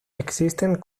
existen